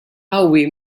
qawwi